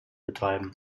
betreiben